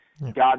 God